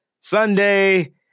Sunday